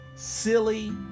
Silly